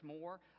more